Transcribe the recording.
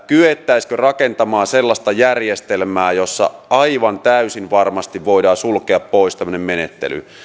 kyettäisiinkö rakentamaan sellaista järjestelmää jossa aivan täysin varmasti voidaan sulkea pois tämmöinen menettely